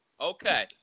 Okay